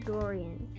Dorian